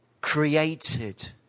Created